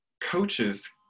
coaches